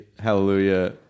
Hallelujah